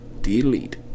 delete